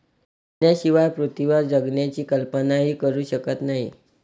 पाण्याशिवाय पृथ्वीवर जगण्याची कल्पनाही करू शकत नाही